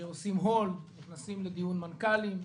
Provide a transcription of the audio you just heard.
שעושים hold, נכנסים לדיון מנכ"לים.